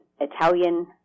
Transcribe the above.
Italian